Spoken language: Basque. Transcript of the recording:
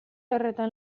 horretan